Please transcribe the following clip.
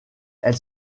elle